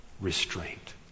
restraint